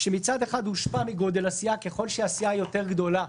כשמצד אחד הושפע מגודל הסיעה ככל שהסיעה יותר גדולה,